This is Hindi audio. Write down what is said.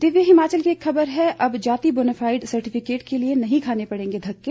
दिव्य हिमाचल की एक खबर है अब जाति बोनाफाईड सर्टिफिकेट के लिए नहीं खाने पड़ेगे धक्के